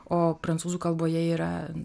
o prancūzų kalboje yra